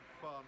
fun